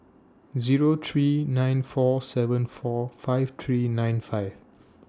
Zero three nine four seven four five three nine five